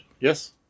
Yes